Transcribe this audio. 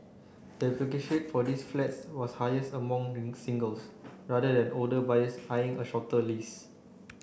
the application for these flats was highest among singles rather than older buyers eyeing a shorter lease